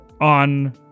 on